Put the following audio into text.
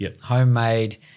Homemade